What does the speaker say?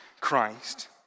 Christ